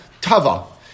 Tava